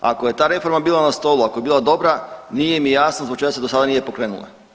Ako je ta reforma bila na stolu, ako je bila dobra, nije mi jasno zbog čega se do sada nije pokrenula.